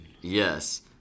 Yes